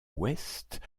ouest